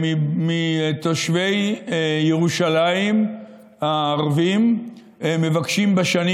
מתושבי ירושלים הערבים מבקשים בשנים